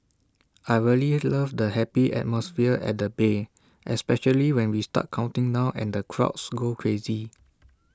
I really love the happy atmosphere at the bay especially when we start counting down and the crowds go crazy